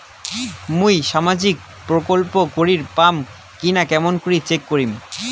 মুই সামাজিক প্রকল্প করির পাম কিনা কেমন করি চেক করিম?